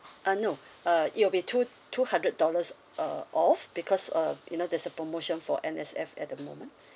uh no uh it will be two two hundred dollars uh off because uh you know there's a promotion for N_S_F at the moment